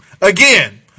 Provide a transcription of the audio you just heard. Again